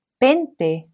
pente